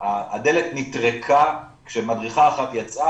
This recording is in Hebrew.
הדלת נטרקה כשמדריכה אחת יצאה,